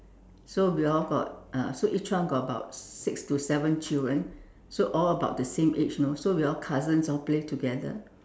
so we all got uh so each one got about six to seven children so all about the same age you know so we all cousins hor play together